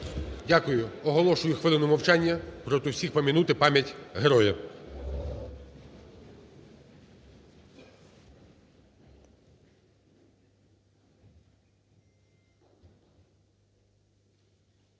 Дякую. Оголошую хвилину мовчання, просимо всіх пом'янути пам'ять героя.